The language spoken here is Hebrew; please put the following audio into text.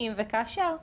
אם וכאשר,